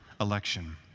election